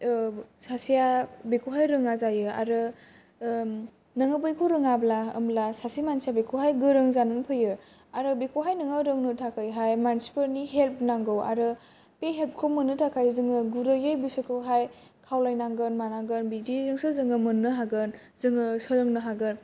सासेया बिखौहाय रोङा जायो आरो नोङो बैखौ रोङाब्ला होमब्ला सासे मानसिया बिखौहाय गोरों जाना फैयो आरो बिखौ नोङो रोंनो थाखायहाय मानसिफोरनि हेल्फ नांगौ आरो बे हेल्फखौ मोन्नो थाखाय जोङो गुरैयै बिसोर खौहाय खावलायनांगोन मानांगोन बिदि जोंसो जोङो मोननो हागोन जोङो सोलोंनो हागोन